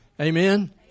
Amen